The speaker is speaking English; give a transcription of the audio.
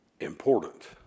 important